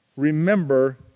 Remember